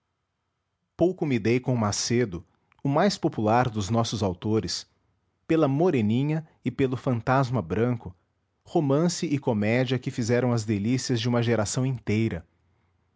pouco me dei com macedo o mais popular dos nossos autores pela moreninha e pelo fantasma branco romance e comédia que fizeram as delícias de uma geração inteira